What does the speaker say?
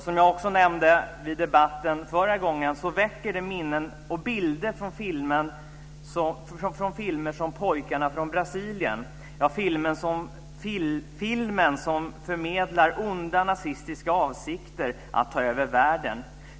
Som jag nämnde i debatten vid föregående tillfälle väcker de minnen och bilder från filmer som Pojkarna från Brasilien, en film som förmedlar onda nazistiska avsikter att ta över världen.